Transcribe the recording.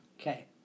Okay